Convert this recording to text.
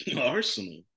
Arsenal